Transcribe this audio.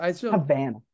Havana